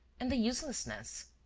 and the uselessness!